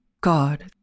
God